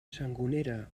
sangonera